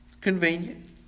Convenient